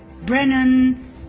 Brennan